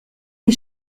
des